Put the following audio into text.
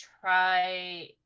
try